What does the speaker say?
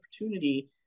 opportunity